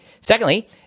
Secondly